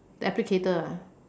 the applicator ah